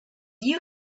you